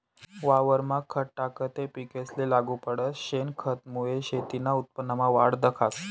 वावरमा खत टाकं ते पिकेसले लागू पडस, शेनखतमुये शेतीना उत्पन्नमा वाढ दखास